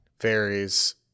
varies